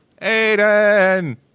Aiden